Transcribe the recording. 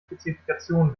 spezifikation